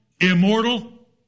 immortal